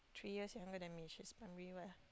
three years younger than me she's primary what ah